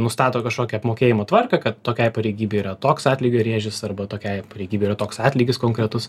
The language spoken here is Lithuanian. nustato kažkokią apmokėjimo tvarką kad tokiai pareigybei yra toks atlygio rėžis arba tokiai pareigybei yra toks atlygis konkretus